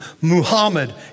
Muhammad